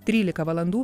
trylika valandų